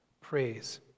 Praise